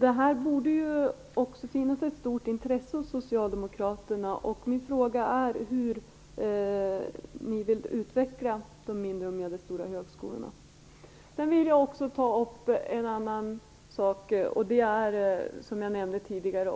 Det här borde det finnas ett intresse för hos socialdemokraterna. Min fråga är: Hur vill ni utveckla de mindre och medelstora högskolorna? Sedan vill jag ta upp en annan sak, och det är, som jag nämnde tidigare,